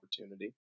opportunity